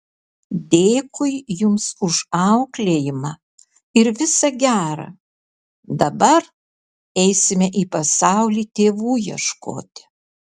dėkui jums už auklėjimą ir visa gera dabar eisime į pasaulį tėvų ieškoti